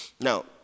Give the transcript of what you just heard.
Now